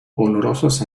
olorosos